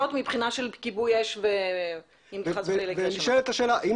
מבחינה של כיבוי אש אם חס וחלילה יקרה שם משהו.